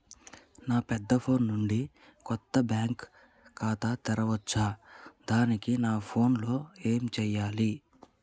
నా పెద్ద ఫోన్ నుండి కొత్త బ్యాంక్ ఖాతా తెరవచ్చా? దానికి నా ఫోన్ లో ఏం చేయాలి?